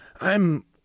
I'm